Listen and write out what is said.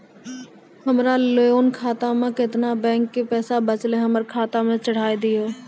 हमरा लोन खाता मे केतना बैंक के पैसा बचलै हमरा खाता मे चढ़ाय दिहो?